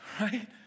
right